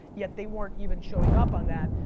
yet they weren't even showing up on that,